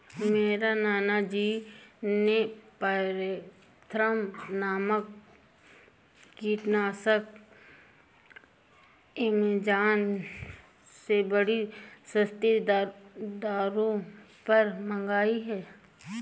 मेरे नाना जी ने पायरेथ्रम नामक कीटनाशक एमेजॉन से बड़ी सस्ती दरों पर मंगाई है